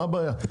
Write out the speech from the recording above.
מה הבעיה?